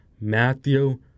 Matthew